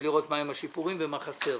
ולראות מה השיפורים ומה חסר.